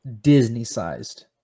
Disney-sized